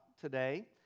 today